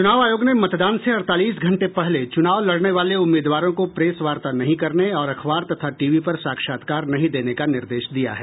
चुनाव आयोग ने मतदान से अड़तालीस घंटे पहले चुनाव लड़ने वाले उम्मीदवारों को प्रेस वार्ता नहीं करने और अखबार तथा टीवी पर साक्षात्कार नहीं देने का निर्देश दिया है